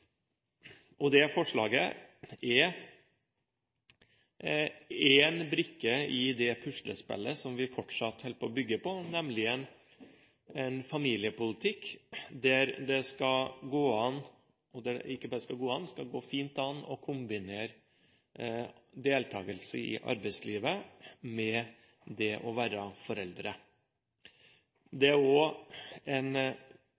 forslaget er én brikke i det puslespillet som vi fortsatt holder på å bygge, nemlig en familiepolitikk der det ikke bare skal gå an, men der det fint skal gå an å kombinere deltakelse i arbeidslivet med det å være foreldre. Dette er også en